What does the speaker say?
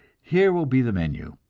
here will be the menu.